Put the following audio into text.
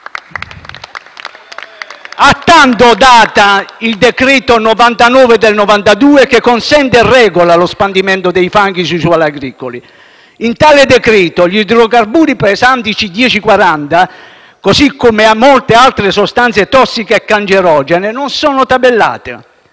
decreto legislativo n. 99 del 1992 che consente e regola lo spandimento dei fanghi su suoli agricoli. In quel decreto gli idrocarburi pesanti C10-C40, così come molte altre sostanze tossiche e cancerogene, non sono tabellati.